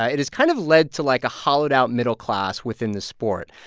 ah it has kind of led to, like, a hollowed out middle class within the sport.